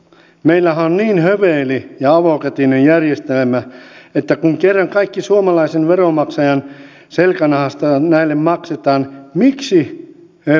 meillähän on niin höveli ja avokätinen järjestelmä että kun kerran kaikki suomalaisen veronmaksajan selkänahasta näille maksetaan miksi he vastaanottaisivat työtä